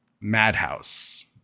madhouse